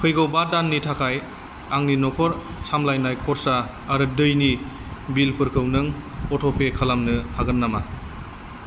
फैगौ बा दाननि थाखाय आंनि न'खर सामलायनाय खरसा आरो दैनि बिलफोरखौ नों अट'पे खालामनो हागोन नामा